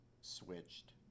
switched